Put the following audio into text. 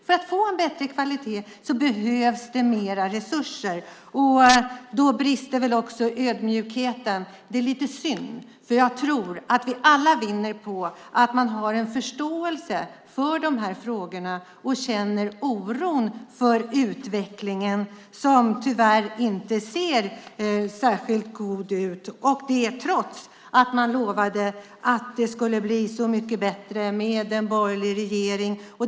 För att få en bättre kvalitet behövs det mer resurser. Då brister väl också ödmjukheten. Det är lite synd, för jag tror att vi alla vinner på att man har en förståelse för de här frågorna och känner oro över utvecklingen, som tyvärr inte ser särskilt god ut - trots att man lovade att det skulle bli så mycket bättre med en borgerlig regering.